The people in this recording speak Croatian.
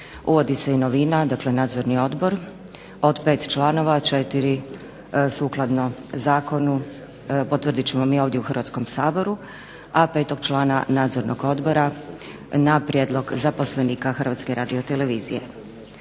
uvodi se i novina dakle Nadzorni odbor od 5 članova, 4 sukladno zakonu potvrdit ćemo mi ovdje u Hrvatskom saboru, a 5. člana nadzornog odbora na prijedlog zaposlenika HRT-a. Ono na što želim